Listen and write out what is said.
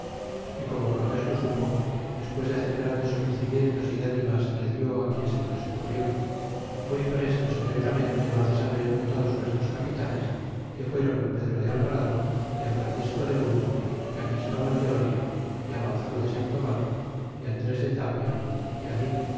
y como cortés lo supo despues de hacer grandes ofrecimientos y dádivas que le di quien se lo descubrió muy presto secretamente lo hace saber todos nuestros capitanes que fuéron pedro de alvarado é francisco de lugo y christobal de oli é gonzalo de sandoval é andres de tapia é mi